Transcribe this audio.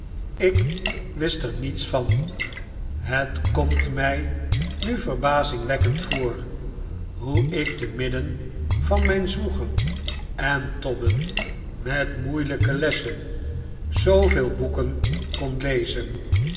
ik wist er niets van het komt mij nu verbazingwekkend voor hoe ik te midden van mijn zwoegen en tobben met moeilijke lessen zooveel boeken kon lezen